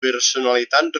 personalitat